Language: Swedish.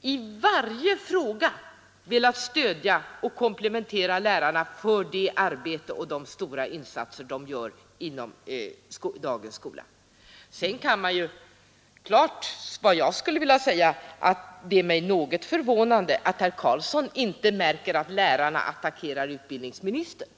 i varje fråga velat stödja och komplimentera lärarna för det arbete och de stora insatser de gör inom dagens skola. Det är ju något förvånande att herr Carlsson inte märker att lärarna attackerar utbildningsministern.